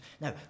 Now